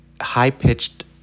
high-pitched